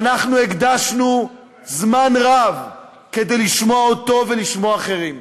ואנחנו הקדשנו זמן רב כדי לשמוע אותו ולשמוע אחרים.